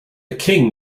king